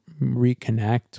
reconnect